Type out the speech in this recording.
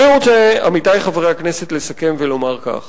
עמיתי חברי הכנסת, אני רוצה לסכם ולומר כך,